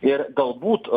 ir galbūt